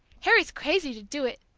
harry's crazy to do it.